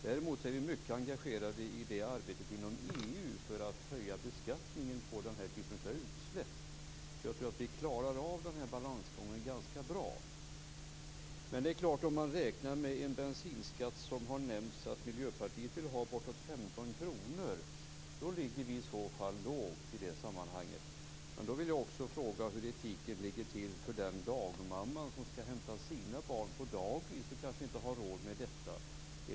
Däremot är vi mycket engagerade i arbetet inom EU för att höja beskattningen på den typen av utsläpp, så jag tror att vi klarar av balansgången ganska bra. Men om man räknar med en bensinskatt på bortåt 15 kr som det har nämnts att Miljöpartiet vill ha ligger vi i så fall lågt i det sammanhanget. Då vill jag också fråga hur etiken ligger till för den dagmamma som skall hämta sina barn på dagis och kanske inte har råd med detta.